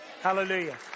Hallelujah